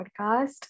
podcast